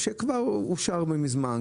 שכבר אושר מזמן,